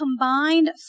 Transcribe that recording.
combined